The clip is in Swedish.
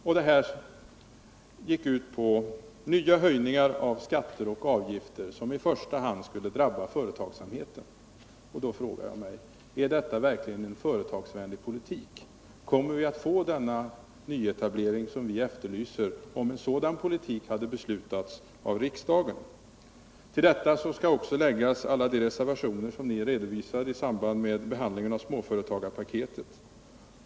Förslaget gick ut på nya höjningar av skatter och avgifter som i första hand skulle drabba företagsamheten. Är detta verkligen företagsvänlig politik? Skulle man ha fått den nyetablering som ni efterlyser, om en sådan politik hade beslutats av riksdagen? Till detta skall också läggas alla de reservationer som ni redovisade i samband med behandlingen av småföretagarpaketet.